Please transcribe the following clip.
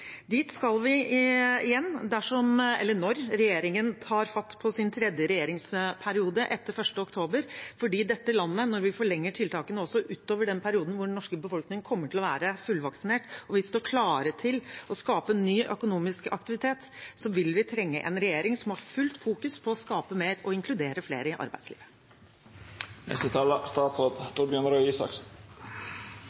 Dit skal vi igjen når regjeringen tar fatt på sin tredje regjeringsperiode etter 1. oktober, fordi dette landet, når vi forlenger tiltakene også utover den perioden da den norske befolkningen kommer til å være fullvaksinert, og vi står klare til å skape ny økonomisk aktivitet, vil trenge en regjering som har fullt fokus på å skape mer og inkludere flere i